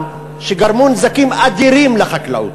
שגרמו נזקים אדירים לחקלאות.